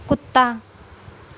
ਕੁੱਤਾ